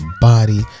body